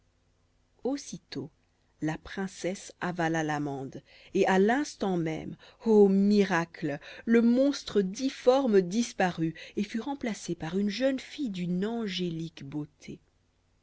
aussitôt la princesse avala l'amande et à l'instant même ô miracle le monstre difforme disparut et fut remplacé par une jeune fille d'une angélique beauté